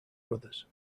brothers